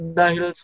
dahil